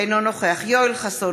אינו נוכח יואל חסון,